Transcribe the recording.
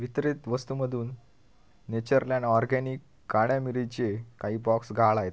वितरित वस्तूमधून Natureland organic काळ्या मिरीचे काही बॉक्स गहाळ आहेत